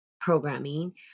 programming